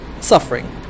suffering